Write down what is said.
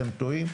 אתם טועים,